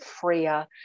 freer